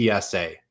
PSA